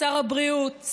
שר הבריאות,